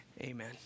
amen